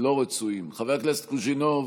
חבר הכנסת קוז'ינוב,